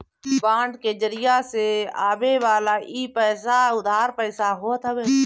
bond के जरिया से आवेवाला इ पईसा उधार पईसा होत हवे